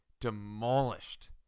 demolished